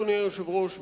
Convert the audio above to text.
אדוני היושב-ראש,